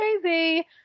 crazy